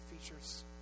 features